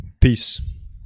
peace